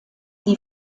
die